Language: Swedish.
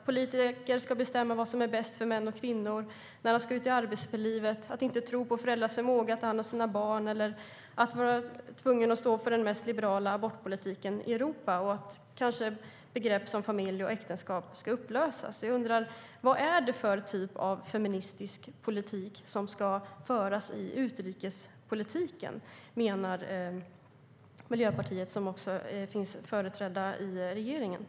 Politiker ska bestämma vad som är bäst för män och kvinnor när de ska ut i arbetslivet, inte tro på föräldrars förmåga att ta hand om sina barn, stå för den mest liberala abortpolitiken i Europa och att begrepp som familj och äktenskap ska upplösas.